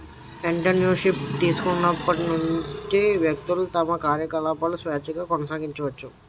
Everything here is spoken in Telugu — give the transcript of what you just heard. ఎంటర్ప్రెన్యూర్ షిప్ తీసుకున్నటువంటి వ్యక్తులు తమ కార్యకలాపాలను స్వేచ్ఛగా కొనసాగించుకోవచ్చు